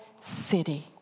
city